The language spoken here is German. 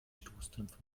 stoßdämpfer